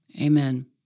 Amen